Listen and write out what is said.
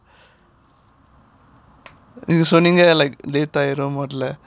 நீங்க சொன்னீங்க:neenga soneenga like late ஆகிடும் மொதல்ல:aagidum mothala